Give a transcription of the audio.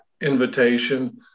invitation